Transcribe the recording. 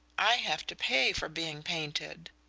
i have to pay for being painted!